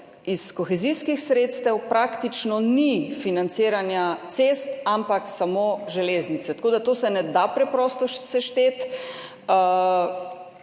Iz kohezijskih sredstev praktično ni financiranja cest, ampak samo železnice. To se ne da preprosto sešteti.